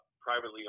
privately